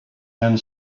and